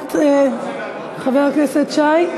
הסכמת חבר הכנסת שי?